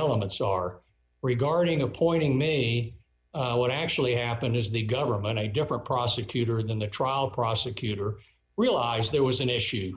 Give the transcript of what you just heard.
elements are regarding appointing me what actually happened is the government a different prosecutor than the trial prosecutor realized there was an issue